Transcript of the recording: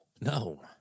No